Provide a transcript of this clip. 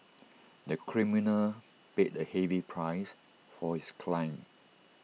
the criminal paid A heavy price for his crime